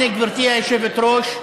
גברתי היושבת-ראש,